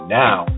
now